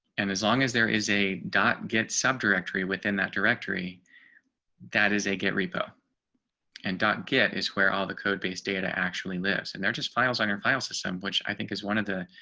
and as long as there is a dot get subdirectory within that directory that is a get repo and get is where all the code base data actually lives. and they're just files on your file system, which i think is one of the